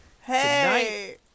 Hey